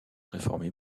réformée